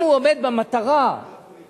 אם הוא עומד במטרה שלשמה